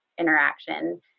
interaction